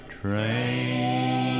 train